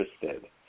interested